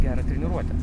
gerą treniruotę